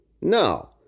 No